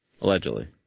Allegedly